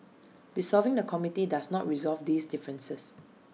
dissolving the committee does not resolve these differences